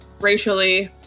racially